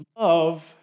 love